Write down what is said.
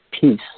peace